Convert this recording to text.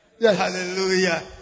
hallelujah